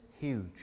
huge